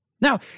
Now